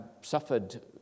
suffered